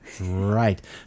Right